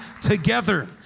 together